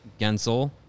Gensel